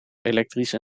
elektrische